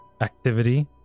activity